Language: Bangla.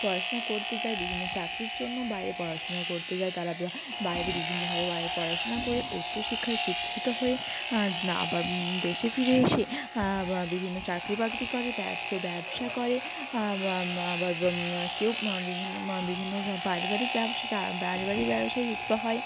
পড়াশোনা করতে যায় বিভিন্ন চাকরির জন্য বাইরে পড়াশোনা করতে যায় তারা বাইরে বিভিন্নভাবে বাইরে পড়াশোনা করে উচ্চ শিক্ষায় শিক্ষিত হয়ে না আবার দেশে ফিরে এসে আবার বিভিন্ন চাকরি বাকরি করে কেউ ব্যবসা করে আবার কেউ বিভিন্ন বিভিন্ন পারিবারিক ব্যবসা পারিবারিক ব্যবসায় যুক্ত হয়